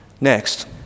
Next